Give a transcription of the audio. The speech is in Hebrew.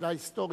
מבחינה היסטורית,